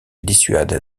dissuade